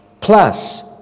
plus